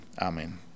amen